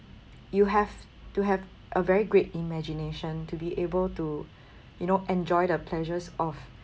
you have to have a very great imagination to be able to you know enjoy the pleasures of